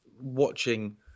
watching